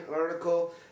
article